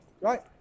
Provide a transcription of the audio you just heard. Right